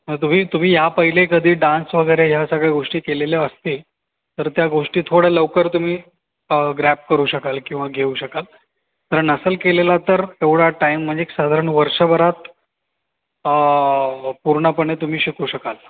तुम्ही तुम्ही या पहिले कधी डांस वगैरे या सगळ्या गोष्टी केलेल्या असतील तर त्या गोष्टी थोड्या लवकर तुम्ही ग्रॅब करू शकाल किंवा घेऊ शकाल कारण नसेल केलेला तर तेवढा टाइम म्हणजे एक साधारण वर्षभरात पूर्णपणे तुम्ही शिकू शकाल